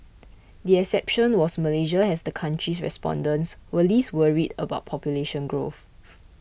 the exception was Malaysia as the country's respondents were least worried about population growth